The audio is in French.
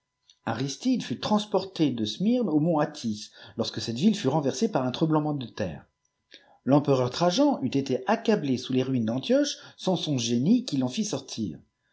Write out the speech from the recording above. aristide fut transposé de smyrne au mont atys lorsque cette ville fut renversée par un tremblement de terre l'empereur trajan eût été accablé sous les ruines d'antioche sans son génie qui l'en fit sortir